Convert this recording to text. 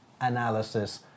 analysis